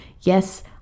Yes